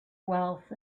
wealth